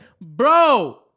Bro